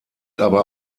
aber